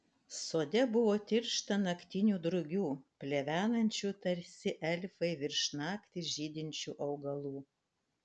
sode buvo tiršta naktinių drugių plevenančių tarsi elfai virš naktį žydinčių augalų